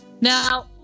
now